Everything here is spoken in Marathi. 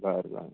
बरं बरं